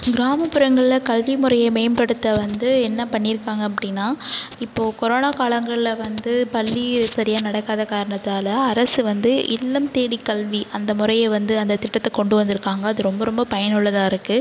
கிராமப்புறங்களில் கல்வி முறைய மேம்படுத்த வந்து என்ன பண்ணிருக்காங்க அப்படினா இப்போ கொரோனா காலங்களில் வந்து பள்ளி சரியாக நடக்காத காரணத்தால் அரசு வந்து இல்லம் தேடி கல்வி அந்த முறைய வந்து அந்த திட்டத்த கொண்டு வந்துருக்காங்க அது ரொம்ப ரொம்ப பயனுள்ளதாக இருக்கு